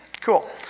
Cool